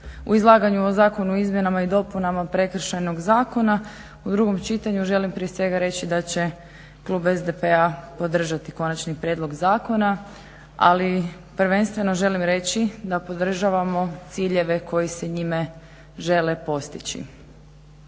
u izlaganju o Zakonu o izmjenama i dopunama Prekršajnog zakona u drugom čitanju želim prije svega reći da će klub SDP-a podržati konačni prijedlog zakona. Ali prvenstveno želim reći da podržavamo ciljeve koji se njime žele postići.